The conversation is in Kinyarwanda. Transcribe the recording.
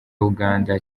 uganda